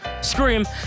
Scream